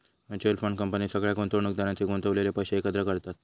mutual fund company सगळ्या गुंतवणुकदारांचे गुंतवलेले पैशे एकत्र करतत